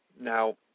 now